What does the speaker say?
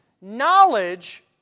knowledge